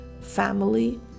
family